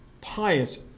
pious